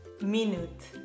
Minute